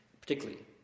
particularly